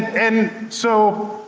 and so,